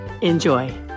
Enjoy